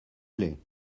plaît